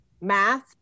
math